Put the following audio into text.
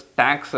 tax